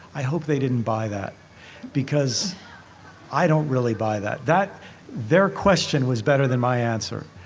i hope they didn't buy that because i don't really buy that that their question was better than my answer.